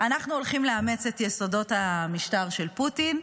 אנחנו הולכים לאמץ את יסודות המשטר של פוטין.